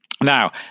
Now